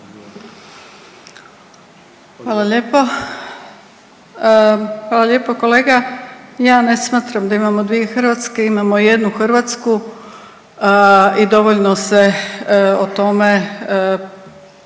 Hvala lijepo. Hvala lijepo kolega. Ja ne smatram da imamo dvije Hrvatske, imamo jednu Hrvatsku i dovoljno o tome borilo